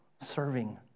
Serving